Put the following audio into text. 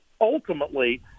ultimately